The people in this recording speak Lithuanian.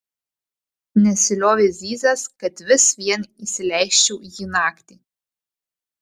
nesiliovė zyzęs kad vis vien įsileisčiau jį naktį